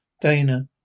Dana